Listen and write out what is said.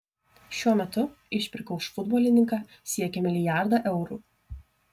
šiuo metu išpirka už futbolininką siekia milijardą eurų